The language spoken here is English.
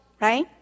right